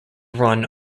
run